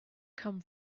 come